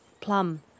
plum